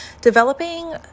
developing